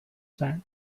sand